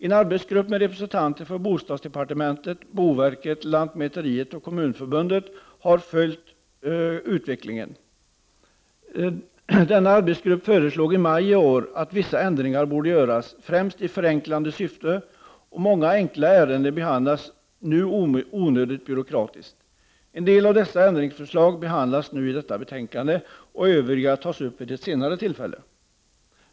En arbetsgrupp med representanter från bostadsdepartementet, boverket, lantmäteriet och Kommunförbundet har följt utvecklingen. Denna arbetsgrupp föreslog i maj i år att vissa ändringar borde göras, främst i förenklande syfte. Många enkla ärenden behandlas nu onödigt byråkratiskt. En del av dessa ändringsförslag behandlas nu i detta betänkande, övriga tas upp vid ett senare tillfälle.